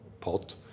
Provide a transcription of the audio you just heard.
pot